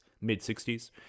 mid-60s